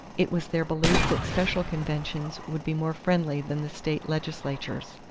it was their belief that special conventions would be more friendly than the state legislatures.